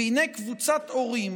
והינה, קבוצת הורים